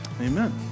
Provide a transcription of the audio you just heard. Amen